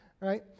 right